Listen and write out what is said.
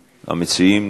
המציעים?